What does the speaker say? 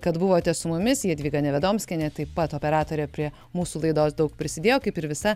kad buvote su mumis jadvyga nevedomskienė taip pat operatorė prie mūsų laidos daug prisidėjo kaip ir visa